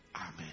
Amen